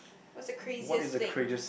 what's the craziest thing